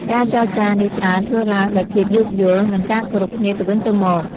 ការចរចានេះច្រើនធ្វើឡើងដោយភាពយោគយល់ និងការគោរពគ្នាទៅវិញទៅមក។